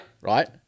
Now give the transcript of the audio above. Right